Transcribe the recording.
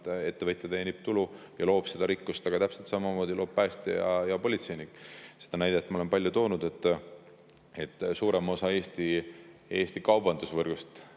et ettevõtja teenib tulu ja loob rikkust ning täpselt samamoodi loob seda päästja ja politseinik. Seda näidet ma olen palju toonud. Suurem osa Eesti kaubandusvõrgust